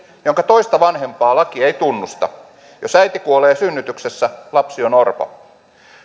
jonka toista vanhempaa laki ei tunnusta jos äiti kuolee synnytyksessä lapsi on orpo